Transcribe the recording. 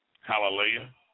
Hallelujah